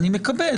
אני מקבל.